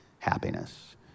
Happiness